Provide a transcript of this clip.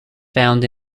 found